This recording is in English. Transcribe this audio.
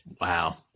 Wow